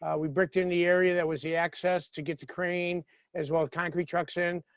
we bricked in the area that was the access to get to crane as well the concrete trucks in.